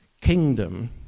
kingdom